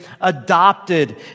adopted